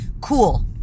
Cool